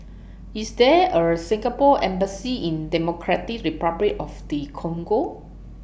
IS There A Singapore Embassy in Democratic Republic of The Congo